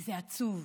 וזה עצוב,